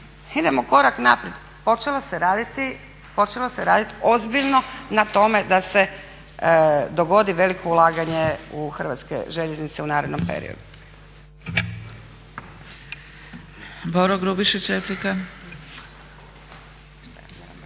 Idemo korak naprijed, počelo se raditi ozbiljno na tome da se dogodi veliko ulaganje u Hrvatske željeznice u narednom periodu.